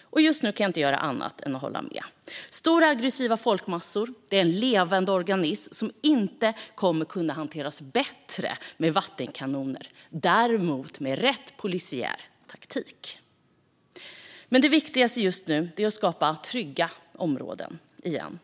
Och just nu kan jag inte göra annat än att hålla med. Stora aggressiva folkmassor är en levande organism som inte kommer att kunna hanteras bättre med vattenkanoner, däremot med rätt polisiär taktik. Det viktigaste just nu är att skapa trygga områden igen.